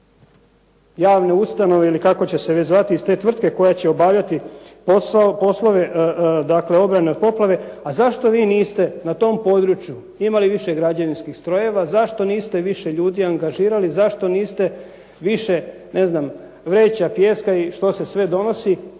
javne ustanove ili kako će se već zvati iz te tvrtke koji će obavljati poslove obrane od poplave, a zašto vi niste imali na tom području imali više građevinskih strojeva? Zašto niste više ljudi angažirali? Zašto niste više vreća pijeska i što se sve donosi